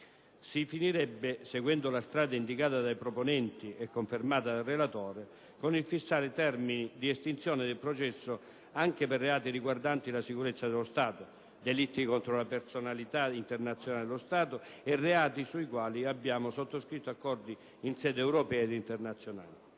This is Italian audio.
dall'indulto. Seguendo la strada indicata dai proponenti e confermata dal relatore, si finirebbe con il fissare termini di estinzione del processo anche per reati riguardanti la sicurezza dello Stato, delitti contro la personalità internazionale dello Stato e reati sui quali abbiamo sottoscritto accordi in sede europea ed internazionale.